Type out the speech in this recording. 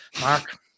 Mark